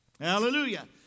Hallelujah